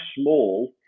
small